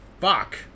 Fuck